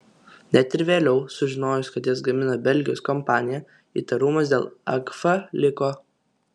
net ir vėliau sužinojus kad jas gamina belgijos kompanija įtarumas dėl agfa liko